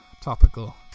Topical